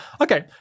Okay